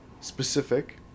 specific